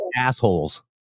assholes